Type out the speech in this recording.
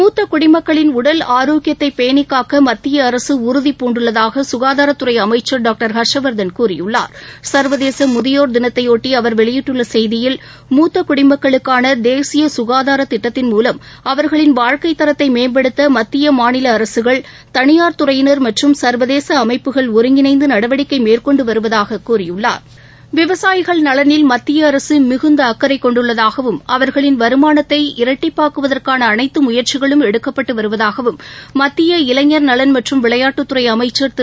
மூத்தகுடிமக்களின் உடல் ஆரோக்கியத்தைபேணிகாக்கமத்திய அரசுஉறுதிபூண்டுள்ளதாகசுகாதாரத்துறைஅமைச்சர் டாக்டர் ஹர்ஷ்வர்தன் கூறியுள்ளார் சர்வதேசமுதியோர் தினத்தையாட்டி அவர் வெளியிட்டுள்ளசெய்தியில் மூத்தகுடிமக்களுக்கானதேசியசுகாதாரத்திட்டத்தின் மூலம் முத்தகுடிமக்களின் வாழ்க்கைத்தரத்தைமேம்படுத்த மத்தியமாநிலஅரசுகள் தனியார்துறையினர் மற்றம் சர்வதேசஅமைப்புகள் ஒருங்கிணைந்துநடவடிக்கைமேற்கொண்டுவருவதாககூறியுள்ளார் நலனில் விவசாயிகள் அவர்களின் வருமானத்தை இரட்டிப்பாகுவதற்கானஅனைத்துமுயற்சிகளும் எடுக்கப்பட்டுவருவதாகவும் மத்திய இளைஞர் நலன் மற்றும் விளையாட்டுத்துறைஅமைச்சர் திரு